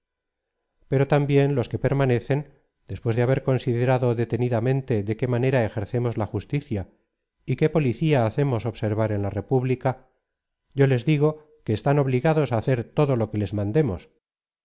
pero también los que permanecen después de haber considerado detenidamente de qué manera ejercemos la justicia y qué policía hacemos observar en la república yo les digo que están obligados á hacer todo lo que les mandemos